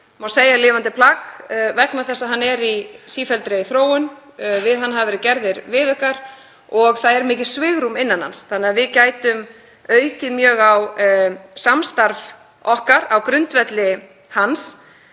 má segja, lifandi plagg vegna þess að hann er í sífelldri þróun. Við hann hafa verið gerðir viðaukar og það er mikið svigrúm innan hans. Við gætum því aukið mjög á samstarf okkar á grundvelli hans